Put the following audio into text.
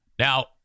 Now